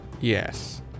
yes